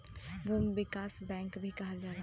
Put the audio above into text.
भूमि विकास बैंक भी कहल जाला